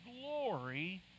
glory